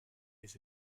les